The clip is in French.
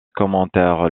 commentaires